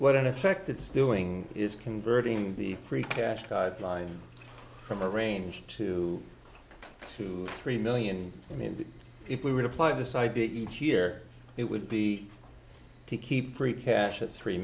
what in effect it's doing is converting the free cash guideline from a range of two to three million i mean if we were to apply this idea each year it would be to keep free cash at three